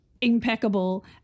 impeccable